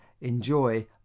enjoy